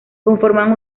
conforman